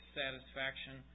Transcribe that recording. satisfaction